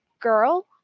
girl